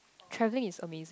traveling is amazing